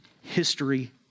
history